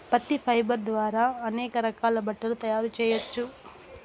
పత్తి ఫైబర్ ద్వారా అనేక రకాల బట్టలు తయారు చేయచ్చు